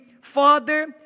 father